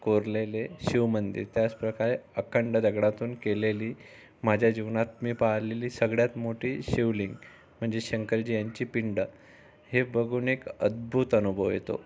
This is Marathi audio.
कोरलेले शिवमंदिर त्याचप्रकारे अखंड दगडातून केलेली माझ्या जीवनात मी पाहिलेली सगळ्यात मोठी शिवलिंग म्हणजे शंकरजी यांची पिंडं हे बघून एक अद्भुत अनुभव येतो